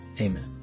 amen